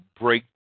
break